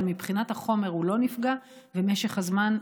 אבל מבחינת החומר, הוא לא נפגע, ומשך הזמן,